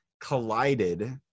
collided